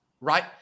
right